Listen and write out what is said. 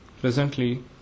Presently